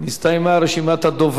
אנחנו עוברים להצבעה